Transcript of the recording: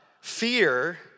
Fear